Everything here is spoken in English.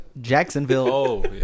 Jacksonville